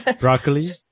Broccoli